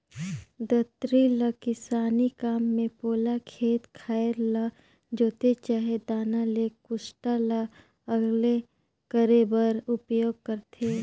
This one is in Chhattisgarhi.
दँतरी ल किसानी काम मे पोला खेत खाएर ल जोते चहे दाना ले कुसटा ल अलगे करे बर उपियोग करथे